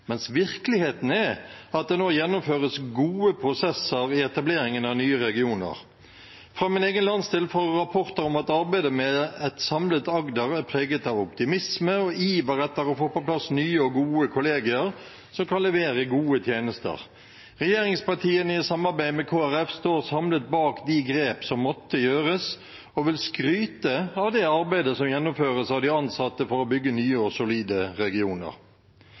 mens virkeligheten er at det nå gjennomføres gode prosesser i etableringen av nye regioner. Fra min egen landsdel får jeg rapporter om at arbeidet med et samlet Agder er preget av optimisme og iver etter å få på plass nye og gode kollegier som kan levere gode tjenester. Regjeringspartiene, i samarbeid med Kristelig Folkeparti, står samlet bak de grep som måtte gjøres, og vil skryte av det arbeidet som gjennomføres av de ansatte for å bygge nye og solide regioner.